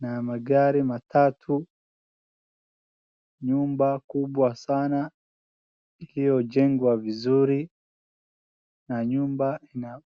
na magari matatu. Nyumba kubwa sana iliojengwa vizuri, na nyumba na...